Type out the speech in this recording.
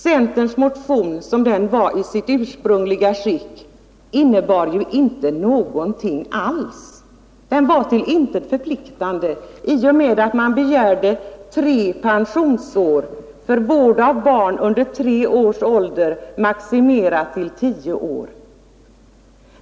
Centerns motion, fröken Pehrsson, innebar i sitt ursprungliga skick inte någonting alls. Den var till intet förpliktande i och med att man begärde pensionsår för vård av barn under tre års ålder maximerat till tio år.